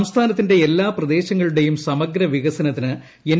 സംസ്ഥാനത്തിന്റെ എല്ലാ പ്രദേശങ്ങളുടെയും സമഗ്രവികസനത്തിന് എൻ